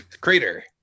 crater